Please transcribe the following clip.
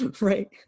right